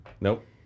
Nope